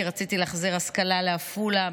כי רציתי להחזיר השכלה לעפולה,